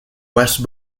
west